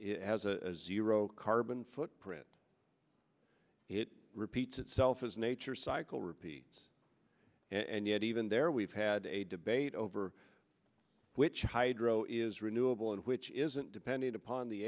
it has a zero carbon footprint it repeats itself as nature cycle repeats and yet even there we've had a debate over which hydro is renewable and which isn't depending upon the